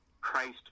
Christ